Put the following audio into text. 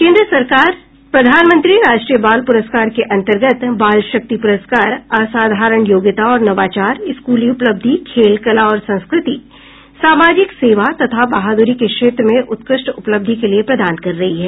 केन्द्र सरकार सरकार प्रधानमंत्री राष्ट्रीय बाल पुरस्कार के अंतर्गत बाल शक्ति पुरस्कार असाधारण योग्यता और नवाचार स्कूली उपलब्धि खेल कला और संस्कृति सामाजिक सेवा तथा बहादुरी के क्षेत्र में उत्कृष्ट उपलब्धि के लिए प्रदान कर रही है